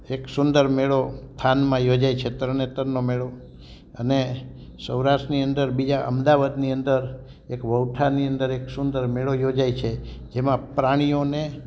એક સુંદર મેળો થાનમાં યોજાય છે તરણેતરનો મેળો અને સૌરાષ્ટ્રની અંદર બીજા અમદાવાદની અંદર એક વઉઠાની અંદર એક સુંદર મેળો યોજાય છે જેમાં પ્રાણીઓને